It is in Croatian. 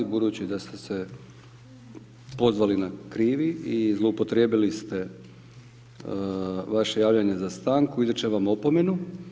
Budući da ste se pozvali na krivi i zloupotrijebili ste vaše javljanje za stanku izričem vam opomenu.